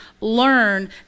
learn